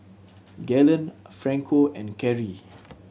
Gaylon Franco and Carrie